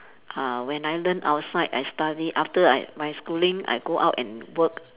uh when I learn outside I study after I my schooling I go out and work